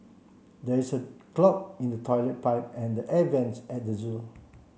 there is a clog in the toilet pipe and the air vents at the zoo